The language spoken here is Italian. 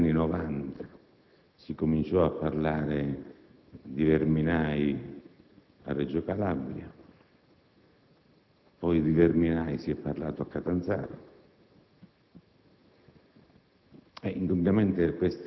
sin dagli inizi degli anni Novanta si cominciò a parlare di «verminai» a Reggio Calabria; poi di «verminai» si è parlato a Catanzaro.